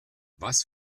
was